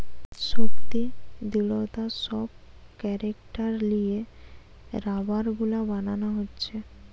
শক্তি, দৃঢ়তা সব ক্যারেক্টার লিয়ে রাবার গুলা বানানা হচ্ছে